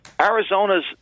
Arizona's